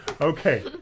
okay